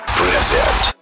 present